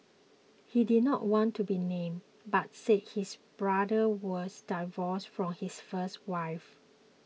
he did not want to be named but said his brother was divorced from his first wife